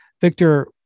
Victor